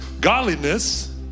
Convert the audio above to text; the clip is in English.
godliness